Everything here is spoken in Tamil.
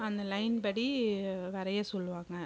அந்த லைன் படி வரைய சொல்லுவாங்க